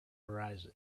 horizon